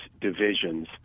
divisions